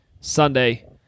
Sunday